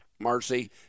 Marcy